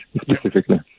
specifically